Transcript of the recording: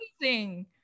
amazing